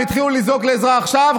הם התחילו לזעוק לעזרה עכשיו,